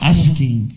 Asking